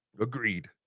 agreed